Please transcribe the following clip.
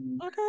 Okay